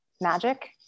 magic